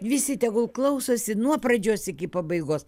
visi tegul klausosi nuo pradžios iki pabaigos